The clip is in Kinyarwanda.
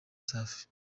safi